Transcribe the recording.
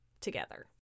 together